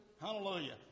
Hallelujah